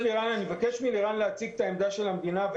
אבקש מלירן שפיגל להציג את העמדה של המדינה.